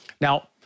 Now